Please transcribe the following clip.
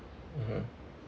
mmhmm